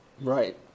Right